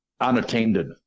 unattended